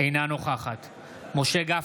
אינה נוכחת משה גפני,